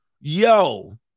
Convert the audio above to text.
Yo